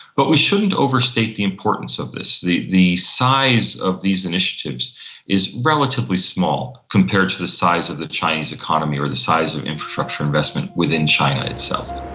but we shouldn't overstate the importance of this. the the size of these initiatives is relatively small compared to the size of the chinese economy or the size of infrastructure investment within china itself.